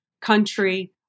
country